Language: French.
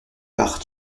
par